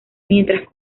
mientras